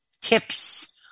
tips